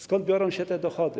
Stąd biorą się te dochody?